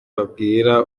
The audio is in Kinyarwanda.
babwira